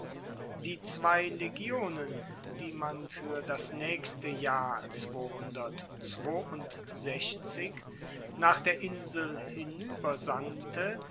die zwei legionen die man fuer das naechste jahr nach der insel